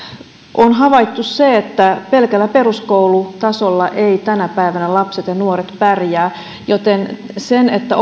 on havaittu se että pelkällä peruskoulutasolla eivät tänä päivänä lapset ja nuoret pärjää joten sen että